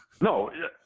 No